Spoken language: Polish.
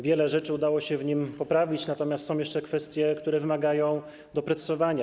Wiele rzeczy udało się w nim poprawić, natomiast są jeszcze kwestie, które wymagają doprecyzowania.